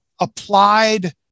applied